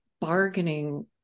bargaining